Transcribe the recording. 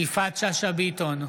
יפעת שאשא ביטון,